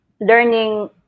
learning